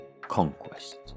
Conquest